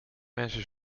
mensen